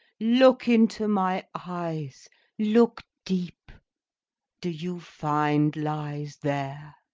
look into my eyes look deep do you find lies there?